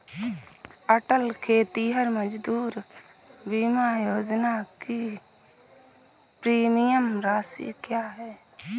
अटल खेतिहर मजदूर बीमा योजना की प्रीमियम राशि क्या है?